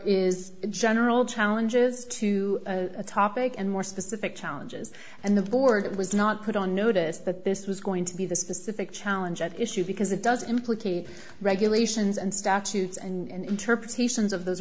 is general challenges to the topic and more specific challenges and the board was not put on notice that this was going to be the specific challenge at issue because it does implicate regulations and statutes and interpretations of those